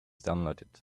downloaded